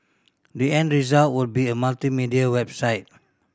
the end result will be a multimedia website